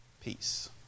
peace